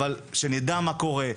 אבל שנדע מה קורה,